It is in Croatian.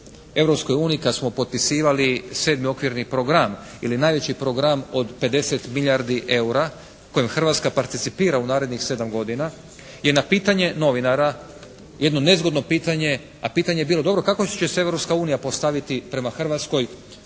Europskoj uniji kad smo potpisivali sedmi okvirni program ili najveći program od 50 milijardi eura kojim Hrvatska participira u narednih 7 godina je na pitanje novinara, jedno nezgodno pitanje, a pitanje je bilo dobro kako će se Europska unija postaviti prema Hrvatskoj